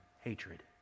hatred